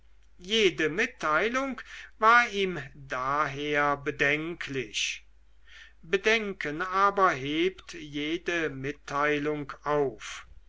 jede mitteilung war ihm daher bedenklich bedenken aber hebt jede mitteilung auf